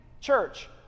Church